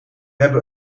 hebben